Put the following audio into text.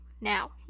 Now